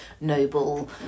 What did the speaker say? noble